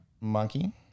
monkey